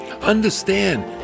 Understand